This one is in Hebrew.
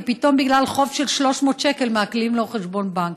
ופתאום בגלל חוב של 300 שקל מעקלים לו חשבון בנק.